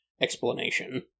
explanation